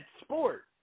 sport